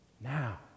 now